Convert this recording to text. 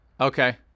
Okay